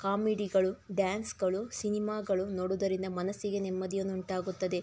ಕಾಮಿಡಿಗಳು ಡ್ಯಾನ್ಸ್ಗಳು ಸಿನಿಮಾಗಳು ನೋಡೋದರಿಂದ ಮನಸ್ಸಿಗೆ ನೆಮ್ಮದಿಯನ್ನುಂಟಾಗುತ್ತದೆ